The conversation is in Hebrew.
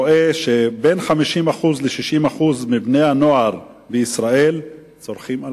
אני רואה ש-50% 60% מבני הנוער צורכים אלכוהול.